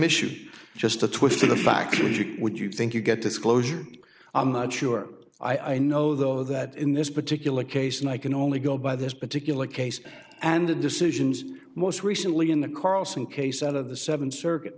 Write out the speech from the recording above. issue just a twist to the fact is you would you think you get disclosure i'm not sure i know though that in this particular case and i can only go by this particular case and the decisions most recently in the carlson case out of the seventh circuit